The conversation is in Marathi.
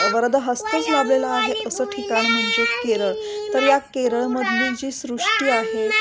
वरद हस्तच लाभलेलं आहे असं ठिकाण म्हणजे केरळ तर या केरळमधली जी सृष्टी आहे